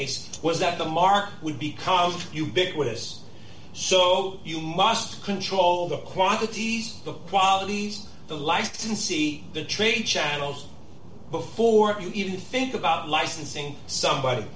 was that the market would become ubiquitous so you must control the quantities of qualities that life can see the trade channels before you even think about licensing somebody